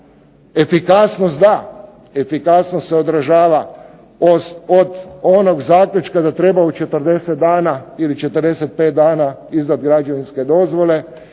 efikasnost da, efikasnost se odražava od onog zaključka da treba u 40 dana ili 45 dana izdati građevinske dozvole,